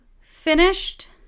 finished